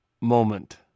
Moment